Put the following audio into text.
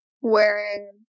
Wearing